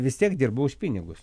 vis tiek dirba už pinigus